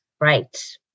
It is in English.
Right